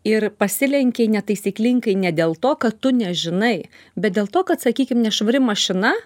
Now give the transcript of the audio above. ir pasilenkei netaisyklingai ne dėl to kad tu nežinai bet dėl to kad sakykim nešvari mašina